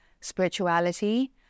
spirituality